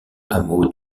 hameau